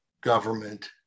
government